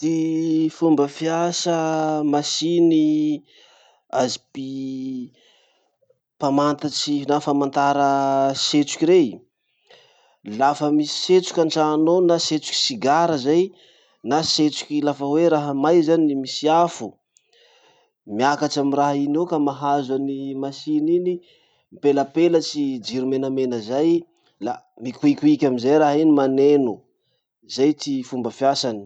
Ty fomba fiasa masiny azy mpi- mpamatatsy na famantara setroky rey. Lafa misy setroky antrano ao na setroky sigara na setroky lafa hoe raha may zany misy afo, miakatry amy raha iny eo ka mahazo an'i masiny iny, mipelapelatsy jiro menamena zay, la mikoikoiky amizay raha iny maneno. Zay ty fomba fiasany.